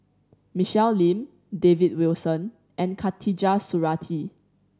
Michelle Lim David Wilson and Khatijah Surattee